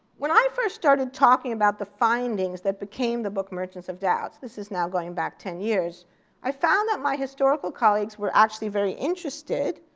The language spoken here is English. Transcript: when i first started talking about the findings that became the book merchants of doubt this is now going back ten years i found that my historical colleagues were actually very interested,